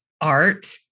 art